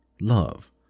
love